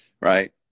Right